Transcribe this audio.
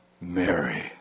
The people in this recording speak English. Mary